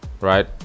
right